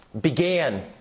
began